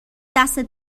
دستت